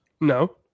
No